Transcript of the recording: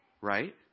Right